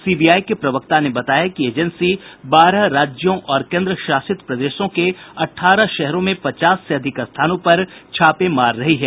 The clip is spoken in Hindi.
सीबीआई के प्रवक्ता ने बताया कि एजेंसी बारह राज्यों और केन्द्र शासित प्रदेशों के अठारह शहरों में पचास से अधिक स्थानों पर छापे मार रही है